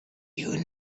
you